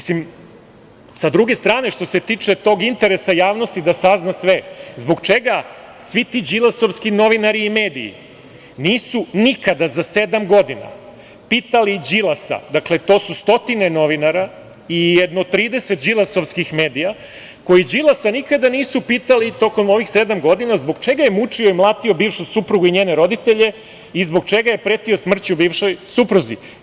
S druge strane, što se tiče tog interesa javnosti da sazna sve, zbog čega svi ti Đilasovski novinari i mediji nisu nikada za sedam godina pitali Đilasa, dakle, to su stotine novinara i jedno 30 Đilasovskih medija koji Đilasa nikada nisu pitali tokom ovih sedam godina zbog čega je mučio i mlatio bivšu suprugu i njene roditelje i zbog čega je pretio smrću bivšoj supruzi?